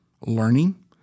learning